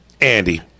Andy